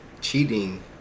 Cheating